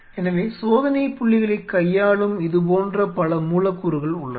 எனவே சோதனைப்புள்ளிகளைக் கையாளும் இதுபோன்ற பல மூலக்கூறுகள் உள்ளன